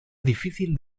difícil